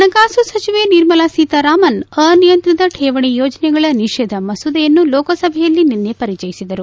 ಹಣಕಾಸು ಸಚಿವೆ ನಿರ್ಮಲಾ ಸೀತಾರಾಮನ್ ಅನಿಯಂತ್ರಿತ ಕೇವಣಿ ಯೋಜನೆಗಳ ನಿಷೇಧ ಮಸೂದೆಯನ್ನು ಲೋಕಸಭೆಯಲ್ಲಿ ನಿನ್ನೆ ಪರಿಚಯಿಸಿದರು